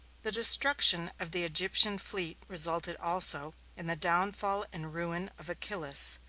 the destruction of the egyptian fleet resulted also in the downfall and ruin of achillas.